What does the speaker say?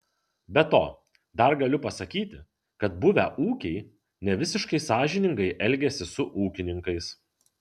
be to dar galiu pasakyti kad buvę ūkiai nevisiškai sąžiningai elgiasi su ūkininkais